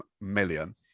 million